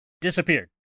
disappeared